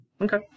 Okay